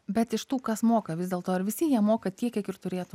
bet iš tų kas moka vis dėl to ar visi jie moka tiek kiek ir turėtų